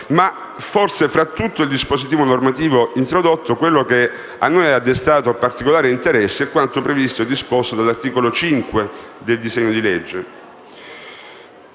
Forse, in tutto il dispositivo normativo introdotto, quello che ha destato particolarmente il nostro interesse è quanto previsto e disposto dall'articolo 5 del disegno di legge,